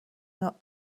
not